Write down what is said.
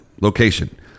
location